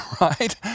right